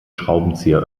schraubenzieher